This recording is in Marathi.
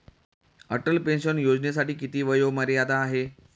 अटल पेन्शन योजनेसाठी किती वयोमर्यादा आहे?